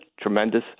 tremendous